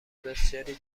بسیاری